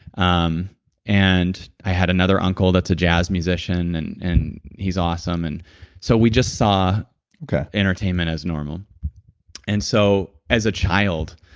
um and i had another uncle that's a jazz musician, and and he's awesome. and so we just saw entertainment as normal and so as a child,